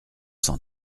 cent